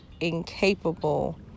incapable